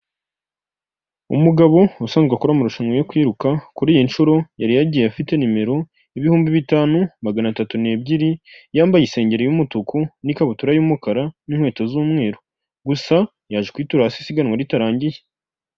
Umugabo usanzwe akora amarushanwa yo kwiruka, kuri iyi nshuro yari yagiye afite nimero ibihumbi bitanu, magana atatu n'ebyiri, yambaye isengeri y'umutuku n'ikabutura y'umukara n'inkweto z'umweru. Gusa yaje kwitura hasi isiganwa ritarangiye.